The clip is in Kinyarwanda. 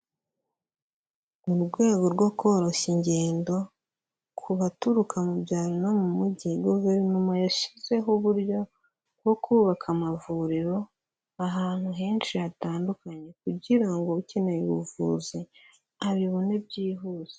Mu rwego rwo koroshya ingendo ku baturuka mu byaro no mu mujyi, guverinoma yashyizeho uburyo bwo kubaka amavuriro ahantu henshi hatandukanye kugira ngo ukeneye ubuvuzi abibone byihuse.